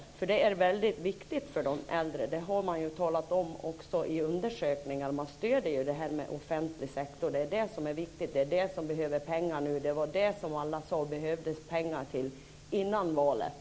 Det är viktigt för de äldre. Det har man ju talat om också i undersökningar. Man stöder det här med offentlig sektor. Det är det som är viktigt. Det är det som behöver pengar nu, och det var det som alla sade att det behövdes pengar till innan valet.